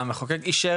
לא, אבל המחוקק אישר